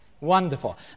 Wonderful